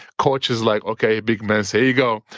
coaches like okay, big mens, here you go.